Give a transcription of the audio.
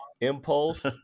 Impulse